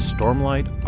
Stormlight